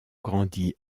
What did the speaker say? grandi